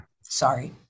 sorry